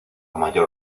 mayor